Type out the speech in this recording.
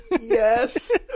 Yes